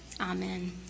Amen